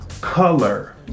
color